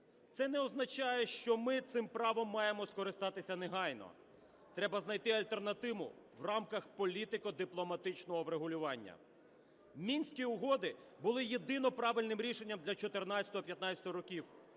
Це не означає, що ми цим правом маємо скористатися негайно, треба знайти альтернативу в рамках політико-дипломатичного врегулювання. Мінські угоди були єдино правильним рішенням для 2014-2015 років,